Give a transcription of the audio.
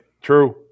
True